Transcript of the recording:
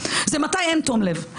זה מתי אין תום לב.